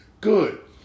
Good